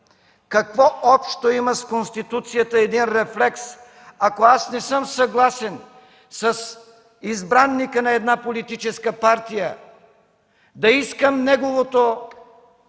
какво общо има с Конституцията един рефлекс – ако не съм съгласен с избраника на една политическа партия, да искам неговото